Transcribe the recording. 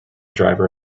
driver